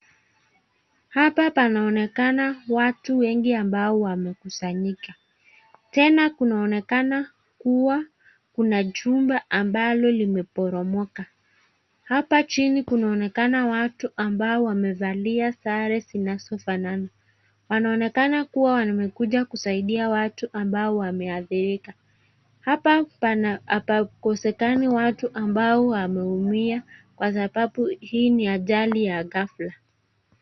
Hapa panaonekana watu wengi ambao wamekusanyika tena kunaonekana kuwa kuna jumba ambalo limeporomoka hapa chini kunaonekana watu ambao wamevalia sare zinazofanana. Wanaonekana kuwa wamekuja kusaidia watu ambao wameathirika, hapa hapakosekani watu ambao wameumia kwa sababu hii ni ajali ya ghafla.